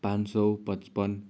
पाँच सय पचपन्न